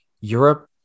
Europe